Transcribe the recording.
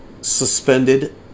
suspended